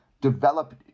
develop